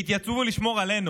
והתייצבו לשמור עלינו,